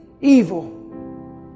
evil